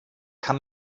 kann